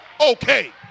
okay